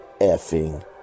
effing